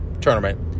tournament